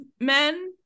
men